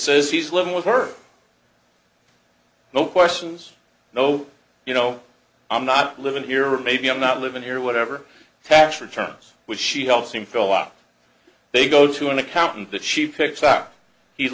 says he's living with her no questions no you know i'm not living here or maybe i'm not living here whatever tax returns which she helps him fill up they go to an accountant that she picks up he